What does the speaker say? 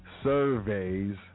surveys